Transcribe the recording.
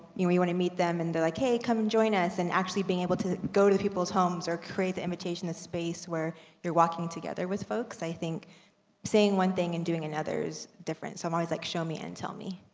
you know, you want to meet them and they're like, hey, come and join us. and actually being able to go to peoples' homes or create the imitation of space where you're working together with folks, i think saying one thing and doing another is different. so ah more it's like show me and tell me.